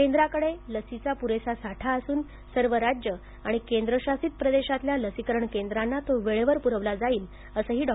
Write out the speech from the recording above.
केंद्राकडे लसीचा प्रेसा साठा असून सर्व राज्य आणि केंद्रशासित प्रदेशातल्या लसीकरण केंद्रांना तो वेळेवर पूरवला जाईल असंही डॉ